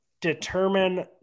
determine